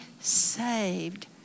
saved